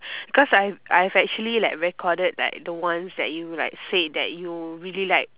cause I I have like actually like recorded like the ones that you like say that you really like